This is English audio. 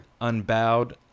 Unbowed